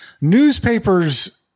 Newspapers